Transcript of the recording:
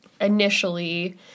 initially